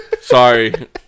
Sorry